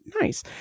Nice